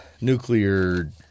Nuclear